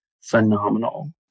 phenomenal